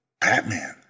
Batman